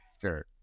Sure